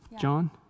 John